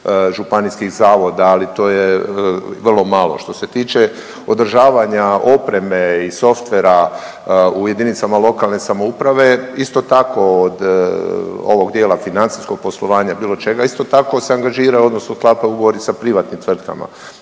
županijskih zavoda, ali to je vrlo malo. Što se tiče održavanja opreme i softvera u jedinicama lokalne samouprave isto tako od ovog dijela financijskog poslovanja, bilo čega, isto tako se angažira odnosno sklapaju ugovori sa privatnim tvrtkama.